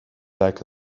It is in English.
like